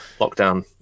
lockdown